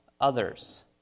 others